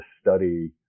study